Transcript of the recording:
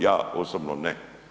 Ja osobno ne.